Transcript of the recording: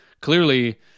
clearly